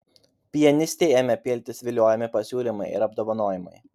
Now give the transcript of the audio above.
pianistei ėmė piltis viliojami pasiūlymai ir apdovanojimai